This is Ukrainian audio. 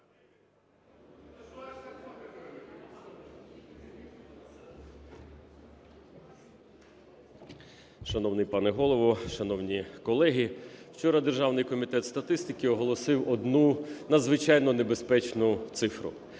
Шановний пане Голово, шановні колеги, вчора Державний комітет статистики оголосив одну надзвичайно небезпечну цифру.